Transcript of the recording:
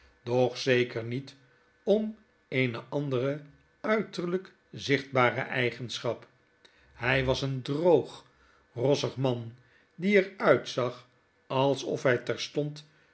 doch zeker niet om eene andereuiterlijk zichtbare eigenschap hy was een droog rossig man die er uitzag alsof hy